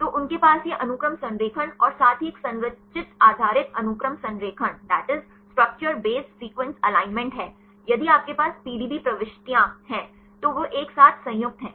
तो उनके पास यह अनुक्रम संरेखण और साथ ही एक संरचित आधारित अनुक्रम संरेखण है यदि आपके पास पीडीबी प्रविष्टियां हैं तो वे एक साथ संयुक्त हैं